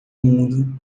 mundo